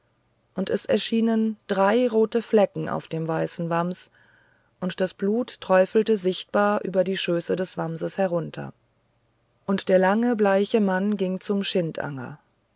und es erschienen drei rote flecken auf dem weißen wams und das blut träufelte sichtbar über die schöße des wamses herunter und der lange bleiche mann ging zum